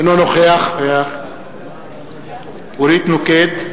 אינו נוכח אורית נוקד,